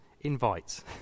invite